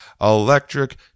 Electric